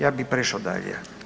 Ja bi prešao dalje.